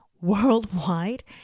worldwide